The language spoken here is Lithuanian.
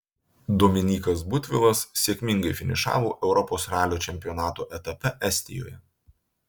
dominykas butvilas sėkmingai finišavo europos ralio čempionato etape estijoje